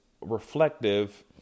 reflective